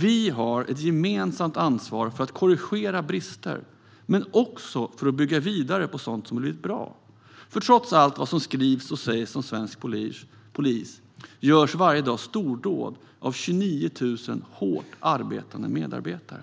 Vi har ett gemensamt ansvar för att korrigera brister men också för att bygga vidare på sådant som har blivit bra. Trots allt som skrivs och sägs om svensk polis görs varje dag stordåd av 29 000 hårt arbetande medarbetare.